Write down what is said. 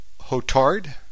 Hotard